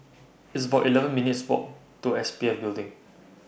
It's about eleven minutes' Walk to S P F Building